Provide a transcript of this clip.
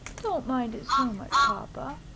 don't mind it so much, papa,